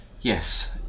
Yes